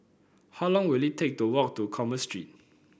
how long will it take to walk to Commerce Street